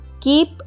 keep